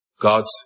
God's